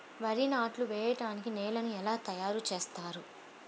వరి నాట్లు వేయటానికి నేలను ఎలా తయారు చేస్తారు?